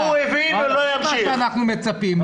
זה מה שאנחנו מצפים.